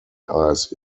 ice